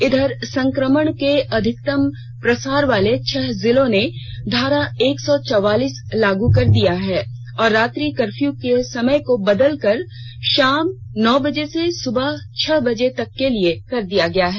इधर संक्रमण के अधिकतम प्रसार वाले छह जिलों ने धारा एक सौ चौवालीस लागू कर दिया है और रात्रि कर्फ़यू के समय को बदल कर शाम नौ बजे से सुबह छह बजे तक के लिए कर दिया गया है